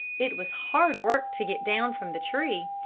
it was hard work to get down from the tree.